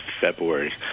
February